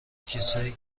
کسایی